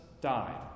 died